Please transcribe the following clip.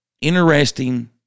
interesting